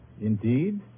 Indeed